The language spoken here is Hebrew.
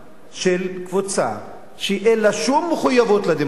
של קבוצה שאין לה שום מחויבות לדמוקרטיה,